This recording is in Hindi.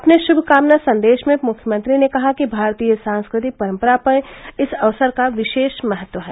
अपने शुभकामना सन्देश में मुख्यमंत्री ने कहा कि भारतीय सांस्कृतिक परम्परा में इस अवसर का विशेष महत्व है